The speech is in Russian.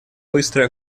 быстрой